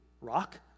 rock